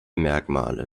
merkmale